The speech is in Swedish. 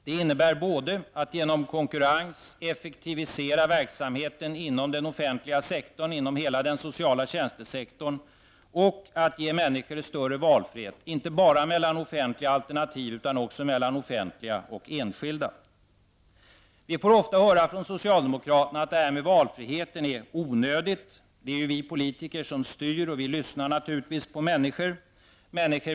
Det innebär både att genom konkurrens effektivisera verksamheten inom den offentliga sektorn och inom hela den sociala tjänstesektorn och att ge människor större valfrihet, inte bara mellan offentliga alternativ utan också mellan offentliga och enskilda. Vi får ofta från socialdemokraterna höra att detta med valfrihet är onödigt. Det är ju vi politiker som styr, och vi lyssnar naturligtvis till människor.